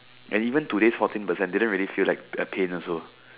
and even today fourteen percent didn't really feel like the pain also